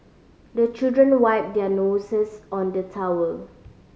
the children wipe their noses on the towel